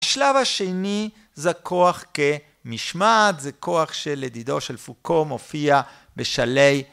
השלב השני זה הכוח כמשמעת, זה כוח של ידידו של פוקו, מופיע בשלהי